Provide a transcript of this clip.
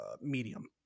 medium